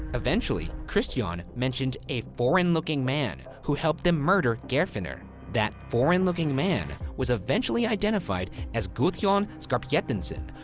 eventually, kristjan mentioned a foreign-looking man who helped them murder geirfinnur. that foreign-looking man was eventually identified as gudjon skarphedinsson,